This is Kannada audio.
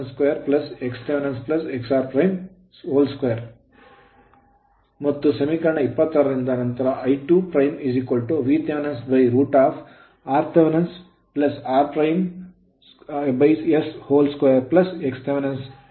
ಮತ್ತು ಸಮೀಕರಣ 26 ರಿಂದ ನಂತರ I2 Vthrthr2s2xthx22ಪ್ರಾರಂಭದಲ್ಲಿ 1